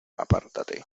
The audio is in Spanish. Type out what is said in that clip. apártate